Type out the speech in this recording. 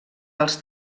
als